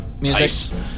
music